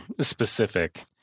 specific